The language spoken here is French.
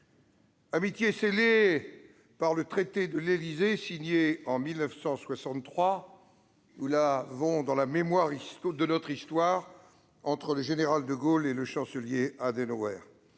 a été scellée par le traité de l'Élysée, signé en 1963- nous avons en mémoire cette page de l'histoire -entre le général de Gaulle et le Chancelier Adenauer,